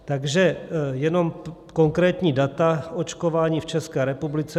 Takže jenom konkrétní data k očkování v České republice.